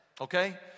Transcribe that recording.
okay